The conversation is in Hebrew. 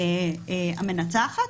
המנצחת,